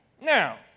Now